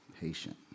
patient